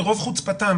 ברוב חוצפתם,